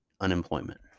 unemployment